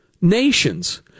nations